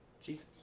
Jesus